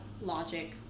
Logic